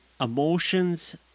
emotions